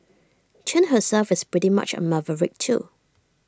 Chen herself is pretty much A maverick too